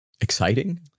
Exciting